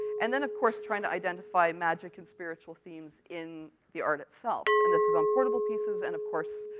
and then, of course, trying to identify magic and spiritual themes in the art itself. and this is on portable pieces and, of course,